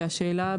והשאלה היא,